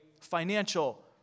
financial